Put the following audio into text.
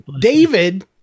David